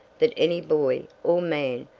that any boy, or man,